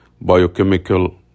biochemical